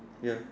ya